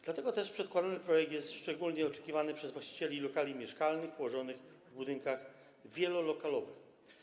Dlatego też przedkładany projekt jest szczególnie oczekiwany przez właścicieli lokali mieszkalnych położonych w budynkach wielolokalowych.